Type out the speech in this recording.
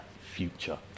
future